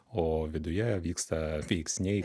o viduje vyksta veiksniai